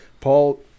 Paul